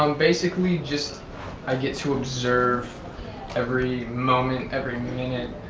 um basically just i get to observe every moment, every minute,